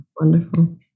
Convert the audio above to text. wonderful